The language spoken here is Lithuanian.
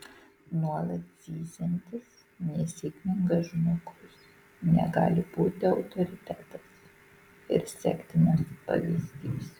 nuolat zyziantis nesėkmingas žmogus negali būti autoritetas ir sektinas pavyzdys